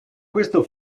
questo